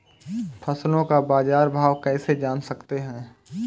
फसलों का बाज़ार भाव कैसे जान सकते हैं?